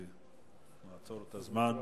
אעצור את הזמן.